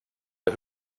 der